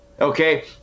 Okay